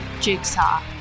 Jigsaw